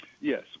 Yes